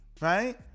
right